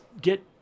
get